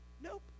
Nope